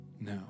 Now